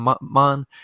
man